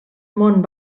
món